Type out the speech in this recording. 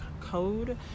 code